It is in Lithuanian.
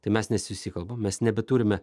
tai mes nesiusikalbam mes nebeturime